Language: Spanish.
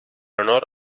honor